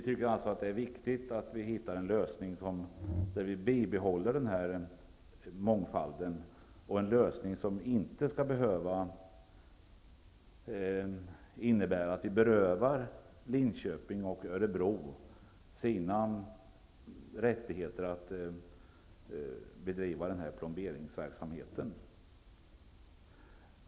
Det är viktigt att vi hittar en lösning där vi bibehåller mångfalden. Det bör vara en lösning som inte innebär att vi berövar Linköping och Örebro deras rättigheter att bedriva den här plomberingsverksamheten.